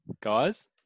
Guys